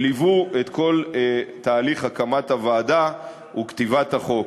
שליוו את כל תהליך הקמת הוועדה וכתיבת החוק,